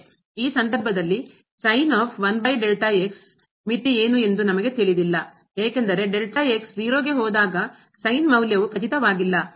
ಈ ಸಂದರ್ಭದಲ್ಲಿ ಮಿತಿ ಏನು ಎಂದು ನಮಗೆ ತಿಳಿದಿಲ್ಲ ಏಕೆಂದರೆ 0 ಗೆ ಹೋದಾಗ ಮೌಲ್ಯವು ಖಚಿತವಾಗಿಲ್ಲ